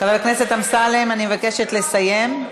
חבר הכנסת אמסלם, אני מבקשת לסיים.